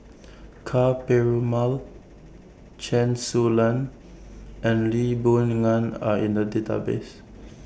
Ka Perumal Chen Su Lan and Lee Boon Ngan Are in The Database